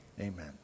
amen